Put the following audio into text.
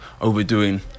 overdoing